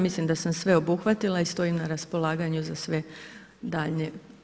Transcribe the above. Mislim da sam sve obuhvatila i stojim na raspolaganju za sve daljnje.